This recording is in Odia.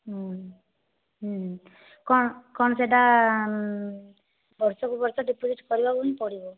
କଣ କଣ ସେଇଟା ବର୍ଷ କୁ ବର୍ଷ ଡିପୋଜିଟ୍ କରିବାକୁ ହିଁ ପଡ଼ିବ